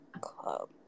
Club